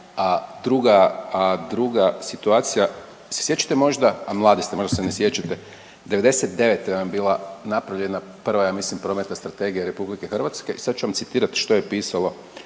A druga situacija, se sjećate možda, a mladi ste, možda se ne sjećate, '99. vam je bila napravljena prva, ja mislim, prometna strategija RH i sad ću vam citirati što je pisalo,